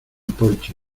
porsche